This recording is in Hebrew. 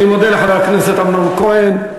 אני מודה לחבר הכנסת אמנון כהן.